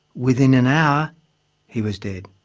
within an hour he was dead.